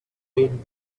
been